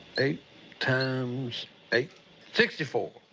eight times eight sixty four.